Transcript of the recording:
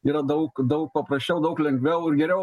yra daug daug paprasčiau daug lengviau ir geriau